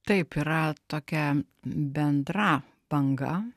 taip yra tokia bendra banga